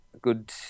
good